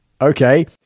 Okay